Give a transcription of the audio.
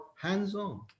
hands-on